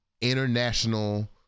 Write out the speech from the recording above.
international